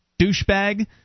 douchebag